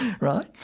Right